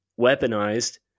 weaponized